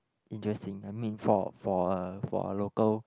interesting I mean for for a for a local